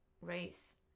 Race